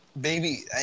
Baby